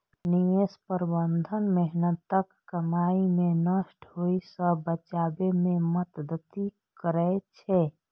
निवेश प्रबंधन मेहनतक कमाई कें नष्ट होइ सं बचबै मे मदति करै छै